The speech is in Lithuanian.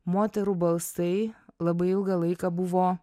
moterų balsai labai ilgą laiką buvo